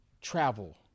travel